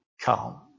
come